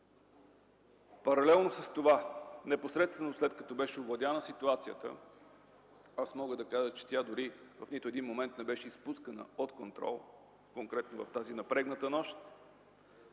Паралелно с това, непосредствено след като беше овладяна ситуацията, мога да кажа, че тя в нито един момент не беше изпускана от контрол. Конкретно в тази напрегната нощ